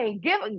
give